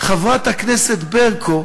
חברת הכנסת ברקו,